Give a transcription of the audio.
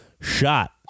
shot